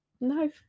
no